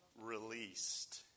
released